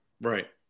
Right